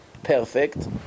Perfect